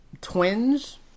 twins